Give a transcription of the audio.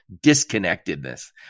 disconnectedness